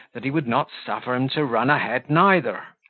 that he would not suffer him to run a-head neither.